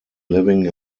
living